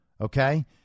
okay